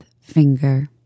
finger